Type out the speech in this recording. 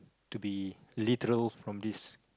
to be literal from this